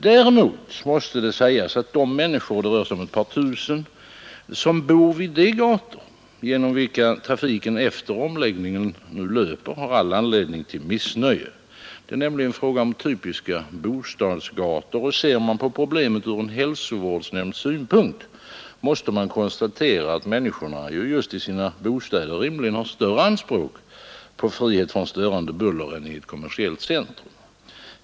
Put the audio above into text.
Däremot måste det sägas att de människor — det rör sig om ett par tusen — som bor vid de gator, genom vilka trafiken efter omläggningen löper, har all anledning till missnöje. Det är nämligen fråga om typiska bostadsgator, och ser man på problemet ur en hälsovårdsnämnds synpunkt, måste man konstatera att människorna just i sina bostäder rimligen kan ha större anspråk på frihet från störande buller än i ett kommersiellt centrum.